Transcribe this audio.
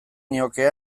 nioke